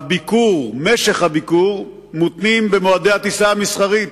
הביקור, משך הביקור, מותנים במועדי הטיסה המסחרית,